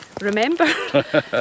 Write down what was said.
remember